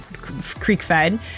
creek-fed